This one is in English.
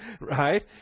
right